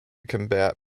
combat